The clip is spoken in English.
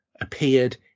appeared